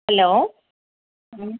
hello